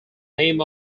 name